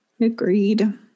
Agreed